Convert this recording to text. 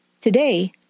Today